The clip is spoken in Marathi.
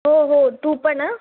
हो हो तू पण